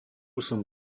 som